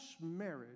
marriage